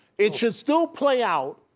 it should still play out,